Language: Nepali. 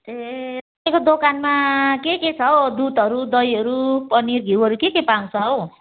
ए तपाईँको दोकानमा के के छ हौ दुधहरू दहीहरू पनिर घिउहरू के के पाउँछ हौ